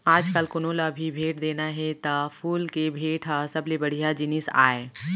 आजकाल कोनों ल भी भेंट देना हे त फूल के भेंट ह सबले बड़िहा जिनिस आय